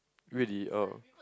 really oh